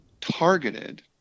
targeted